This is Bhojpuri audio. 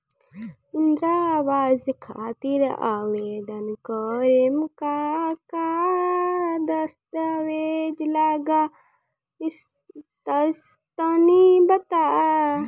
इंद्रा आवास खातिर आवेदन करेम का का दास्तावेज लगा तऽ तनि बता?